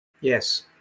Yes